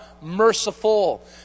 merciful